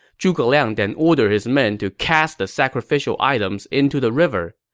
zhuge liang then ordered his men to cast the sacrificial items into the river.